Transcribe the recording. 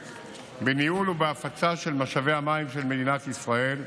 בניהול ובהפצה של משאבי המים של מדינת ישראל,